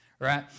right